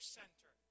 center